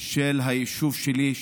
של היישוב שלי,